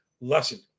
lesson